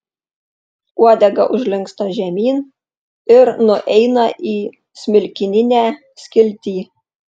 uodega užlinksta žemyn ir nueina į smilkininę skiltį